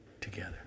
together